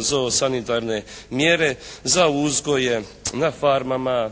zoosanitarne mjere za uzgoje na farmama